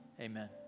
Amen